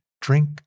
drink